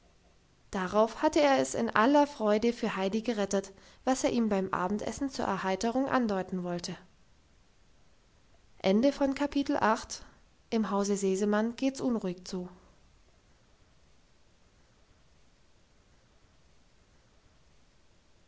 darauf hatte er es in aller freude für heidi gerettet was er ihm beim abendessen zur erheiterung andeuten wollte